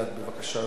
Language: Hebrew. בבקשה, אדוני.